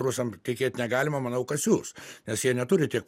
rusam tikėt negalima manau kad siųs nes jie neturi tiek